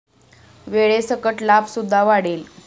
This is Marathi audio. वेळेसकट लाभ सुद्धा वाढेल